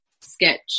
sketch